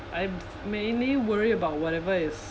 I mainly worry about whatever is